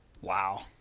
Wow